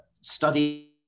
study